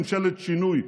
ממשלת שינוי,